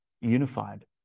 unified